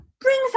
brings